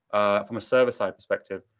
from a server side perspective,